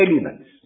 elements